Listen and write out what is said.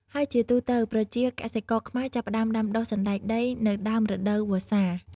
ហើយជាទូទៅ ប្រជាកសិករខ្មែរចាប់ផ្ដើមដាំដុះ សណ្ដែកដីនៅដើមរដូវវស្សា។